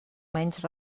menys